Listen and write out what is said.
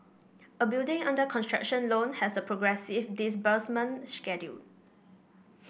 a building under construction loan has a progressive disbursement schedule